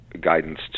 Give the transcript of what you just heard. Guidance